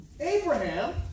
Abraham